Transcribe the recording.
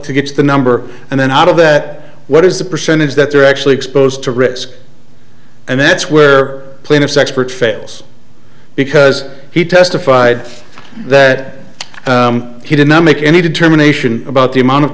tickets the number and then out of that what is the percentage that they're actually exposed to risk and that's where plaintiffs expert fails because he testified that he did not make any determination about the amount of